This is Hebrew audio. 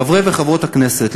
חברי וחברות הכנסת,